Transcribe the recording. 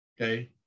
okay